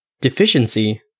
Deficiency